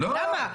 למה?